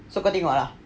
so kau tengok lah